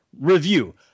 review